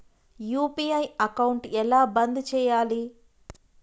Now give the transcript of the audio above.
UPI account ఎలా బంద్ చేయాలి?